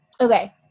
Okay